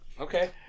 Okay